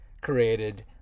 created